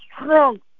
strong